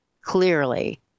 clearly